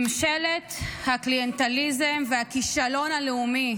ממשלת הקליינטליזם והכישלון הלאומי.